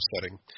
setting